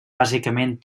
bàsicament